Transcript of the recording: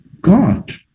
God